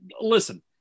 Listen